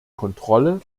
kontrolle